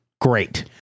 Great